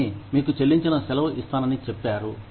company మీకు చెల్లించిన సెలవు ఇస్తానని చెప్పారు